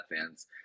fans